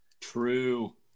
True